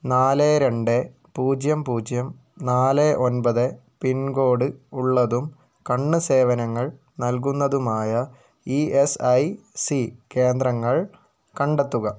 നാല് രണ്ട് പൂജ്യം പൂജ്യം നാല് ഒൻപത് പിൻ കോഡ് ഉള്ളതും കണ്ണ് സേവനങ്ങൾ നൽകുന്നതുമായ ഇ എസ് ഐ സി കേന്ദ്രങ്ങൾ കണ്ടെത്തുക